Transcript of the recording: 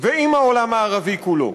ועם העולם הערבי כולו.